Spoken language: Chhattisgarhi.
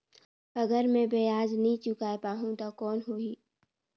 अगर मै ब्याज नी चुकाय पाहुं ता कौन हो ही?